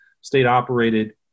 state-operated –